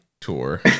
tour